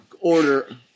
order